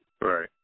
Right